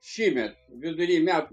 šįmet vidury metų